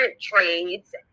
trades